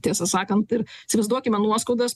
tiesą sakant ir įsivaizduokime nuoskaudas